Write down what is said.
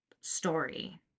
story